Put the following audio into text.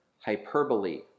hyperbole